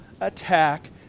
attack